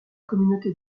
communauté